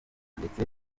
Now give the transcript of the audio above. ndetse